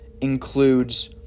includes